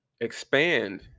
expand